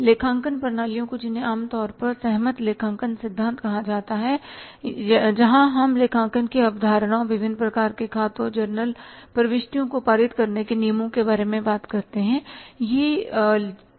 लेखांकन प्रणालियों को जिन्हें आम तौर पर सहमत लेखांकन सिद्धांत कहा जाता है जहां हम लेखांकन की अवधारणाओं विभिन्न प्रकार के खातों जर्नल प्रविष्टियों को पारित करने के नियमों के बारे में बात करते हैं